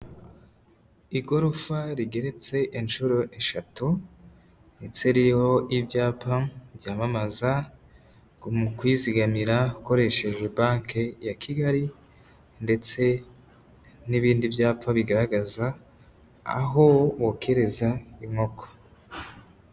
Igorofa rigeretse inshuro eshatu ndetse ririho ibyapa byamamaza mu kwizigamira ukoresheje banki ya Kigali ndetse n'ibindi byapa bigaragaza aho bokerereza inkoko.